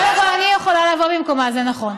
קודם כול, אני יכולה לבוא במקומה, זה נכון.